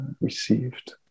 received